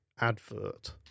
advert